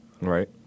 Right